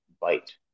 bite